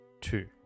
Two